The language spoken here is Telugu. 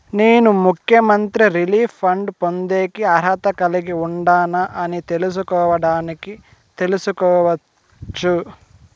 నేను ముఖ్యమంత్రి రిలీఫ్ ఫండ్ పొందేకి అర్హత కలిగి ఉండానా అని ఎలా తెలుసుకోవడానికి తెలుసుకోవచ్చు